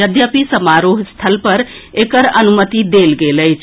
यद्यपि समारोह स्थल पर एकर अनुमति देल गेल अछि